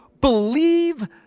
believe